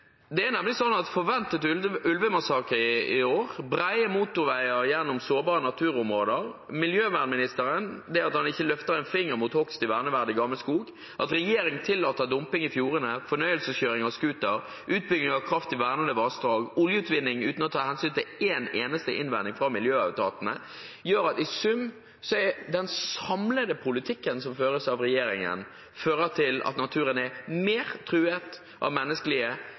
Det er nemlig slik at det er forventet ulvemassakre i år og brede motorveier gjennom sårbare naturområder. Det at klima- og miljøministeren ikke løfter en finger mot hogst i verneverdig gammel skog, at regjeringen tillater dumping i fjordene, fornøyelseskjøring med scooter, utbygging av kraft i vernede vassdrag og oljeutvinning uten å ta hensyn til én eneste innvending fra miljøetatene, gjør at i sum fører den samlede politikken som føres av regjeringen, til at naturen er mer truet av menneskelige